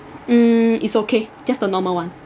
mm it's okay just the normal one